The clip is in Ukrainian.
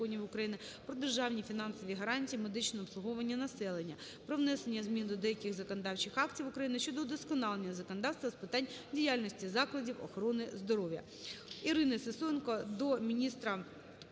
"Про державні фінансові гарантії медичного обслуговування населення" "Про внесення змін до деяких законодавчих актів України щодо удосконалення законодавства з питань діяльності закладів охорони здоров'я.